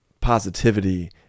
positivity